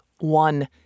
one